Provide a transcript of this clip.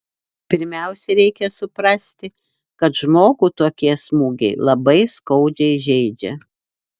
pirmiausia reikia suprasti kad žmogų tokie smūgiai labai skaudžiai žeidžia